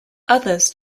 others